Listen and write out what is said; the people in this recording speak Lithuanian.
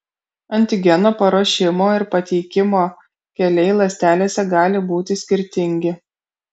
antigeno paruošimo ir pateikimo keliai ląstelėse gali būti skirtingi